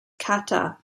kata